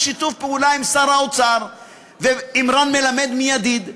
בשיתוף פעולה עם שר האוצר ועם רן מלמד מ"ידיד",